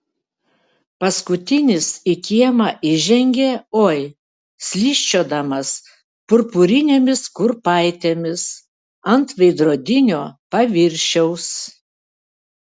paskutinis į kiemą įžengė oi slysčiodamas purpurinėmis kurpaitėmis ant veidrodinio paviršiaus